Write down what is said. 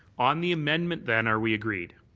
on the amendment then, are we agreed?